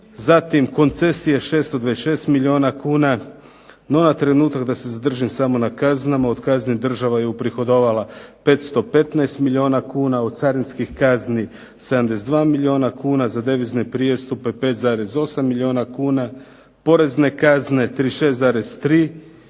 Zatim koncesije 626 milijuna kuna. No, na trenutak da se zadržim samo na kaznama. Od kazne država je uprihodovala 515 milijuna kuna, od carinskih kazni 72 milijuna kuna, za devizne prijestupe 5,8 milijuna kuna, porezne kazne 36,3 milijuna kuna,